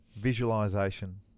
visualization